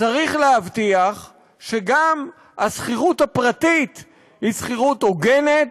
צריך להבטיח שגם השכירות הפרטית היא שכירות הוגנת,